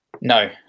no